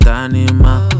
animal